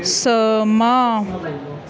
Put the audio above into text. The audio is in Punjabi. ਸਮਾਂ